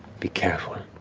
be careful.